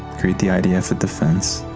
greet the idf at the fence,